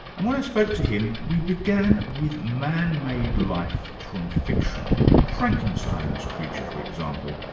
and when i spoke to him, we began with man-made life from fiction frankenstein's creature, for example,